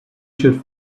should